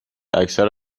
اکثر